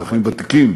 אזרחים ותיקים?